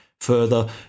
Further